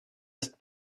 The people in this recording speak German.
ist